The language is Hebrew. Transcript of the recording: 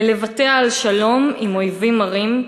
ללבטיה על שלום עם אויבים מרים,